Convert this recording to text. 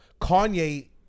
Kanye